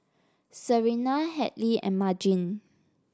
Serena Hadley and Margene